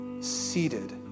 seated